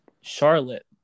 Charlotte